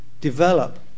develop